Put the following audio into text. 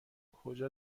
کجا